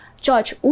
George